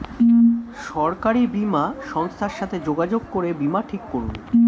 সরকারি বীমা সংস্থার সাথে যোগাযোগ করে বীমা ঠিক করুন